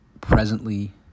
presently